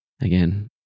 Again